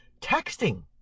Texting